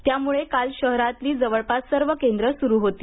त्यामुळे काल शहरातली जवळपास सर्व केंद्र स्रू होती